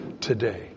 today